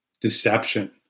Deception